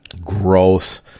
Gross